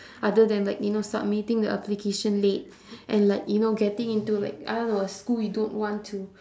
other than like you know submitting the application late and like you know getting into like I don't know a school you don't want to